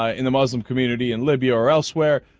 ah in the muslim community in libya or elsewhere